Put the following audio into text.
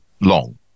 long